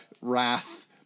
wrath